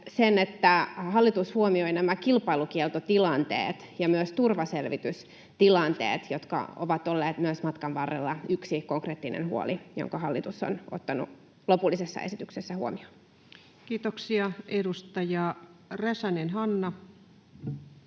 sen, että hallitus huomioi nämä kilpailukieltotilanteet ja myös turvaselvitystilanteet, jotka ovat olleet myös matkan varrella yksi konkreettinen huoli, jonka hallitus on ottanut lopullisessa esityksessä huomioon. Kiitoksia. — Edustaja Räsänen, Hanna.